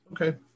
Okay